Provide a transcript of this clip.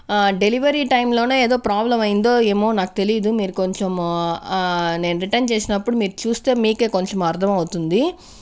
ఆ డెలివరీ టైంలోనే ఏదో ప్రాబ్లం అయిందో ఏమో నాకు తెలీదు మీరు కొంచెము ఆ నేను రిటర్న్ చేసినప్పుడు మీరు చూస్తే మీకే కొంచం అర్థమవుతుంది